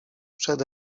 przed